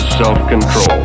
self-control